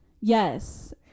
yes